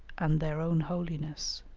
and their own holiness.